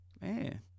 man